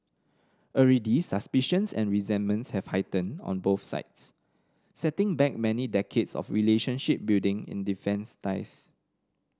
already suspicions and resentments have heightened on both sides setting back many decades of relationship building in defence ties